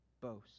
boast